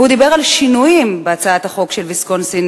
והוא דיבר על שינויים בהצעת החוק של ויסקונסין,